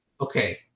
okay